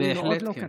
כי עוד לא קרה.